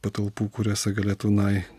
patalpų kuriose galėtų nai